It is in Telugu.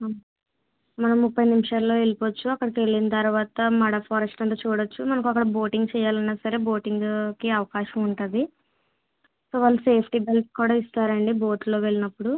మనము ముప్పై నిమిషాల్లో వెళ్ళిపోవచ్చు అక్కడికి వెళ్ళిన తర్వాత మడ ఫారెస్ట్ అంతా చూడవచ్చు మనకు అక్కడ బోటింగ్ చెయ్యాలి అన్నా సరే బోటింగ్కి అవకాశం ఉంటుంది సో వాళ్ళు సేఫ్టీ బెల్ట్ కూడా ఇస్తారు అండి బోట్లో వెళ్ళినప్పుడు